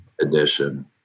edition